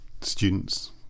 students